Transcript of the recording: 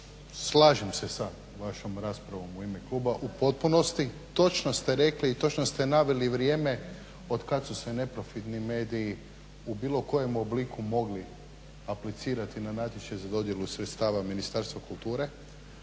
slažem se sa vašom raspravom u ime kluba u potpunosti, točno ste rekli i točno ste naveli vrijeme od kad su se neprofitni mediji u bilo kojem obliku mogli aplicirati na natječaj za dodjelu sredstava Ministarstva kulture.